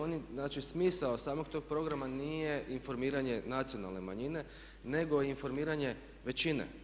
Oni znači smisao samog tog programa nije informiranje nacionalne manjine, nego informiranje većine.